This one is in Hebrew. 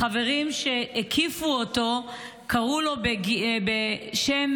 החברים שהקיפו אותו קראו לו בשם,